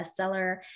bestseller